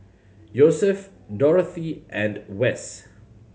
Yosef Dorathy and Wes